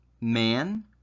man